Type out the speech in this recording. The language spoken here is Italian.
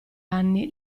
anni